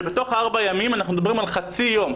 שבתוך הארבעה ימים אנחנו מדברים על חצי יום,